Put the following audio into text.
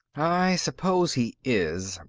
i suppose he is.